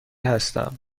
هستم